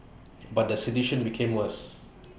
but the situation became worse